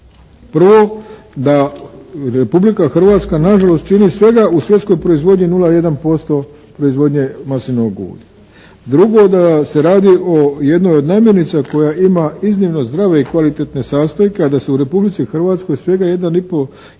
Prvo, da Republika Hrvatska nažalost čini svega u svjetskoj proizvodnji 0,1% proizvodnje maslinovog ulja. Drugo, da se radi o jednoj od namirnica koja ima iznimno zdrave i kvalitetne sastojke a da se u Republici Hrvatskoj svega 1